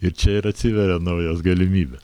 ir čia ir atsiveria naujos galimybė